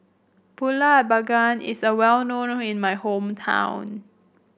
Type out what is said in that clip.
pulut panggang is a well known in my hometown